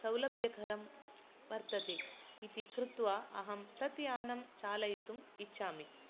सौलभ्यकरं वर्तते इति कृत्वा अहं तत् यानं चालयितुम् इच्छामि